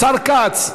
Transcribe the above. השר כץ,